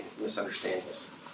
misunderstandings